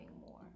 more